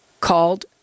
called